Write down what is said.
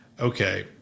okay